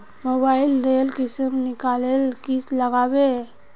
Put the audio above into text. Mobile लेर किसम निकलाले की लागबे?